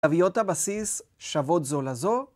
תביאות הבסיס שוות זו לזו.